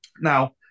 Now